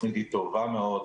התוכנית היא טובה מאוד,